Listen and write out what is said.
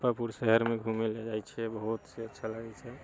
मुजफ्फरपुर शहरमे घूमैला जाइत छियै बहुत से अच्छा लागैत छै